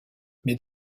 mais